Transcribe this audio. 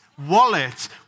Wallet